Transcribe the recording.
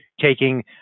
taking